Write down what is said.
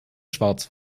schwarz